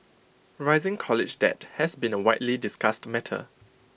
rising college debt has been A widely discussed matter